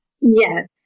Yes